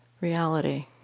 reality